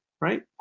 right